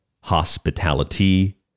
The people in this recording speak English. Hospitality